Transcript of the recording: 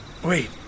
Wait